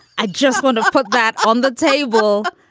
i just want to put that on the table.